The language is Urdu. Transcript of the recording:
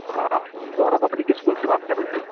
سر آپ زہرا پبلک اسکول سے بات کر رہے ہیں